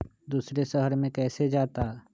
दूसरे शहर मे कैसे जाता?